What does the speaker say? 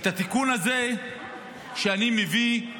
התיקון הזה שאני מביא,